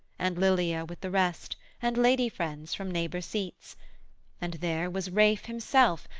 and lilia with the rest, and lady friends from neighbour seats and there was ralph himself,